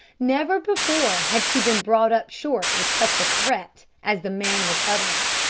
never before had she been brought up short with such a threat as the man was uttering,